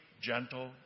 gentle